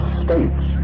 states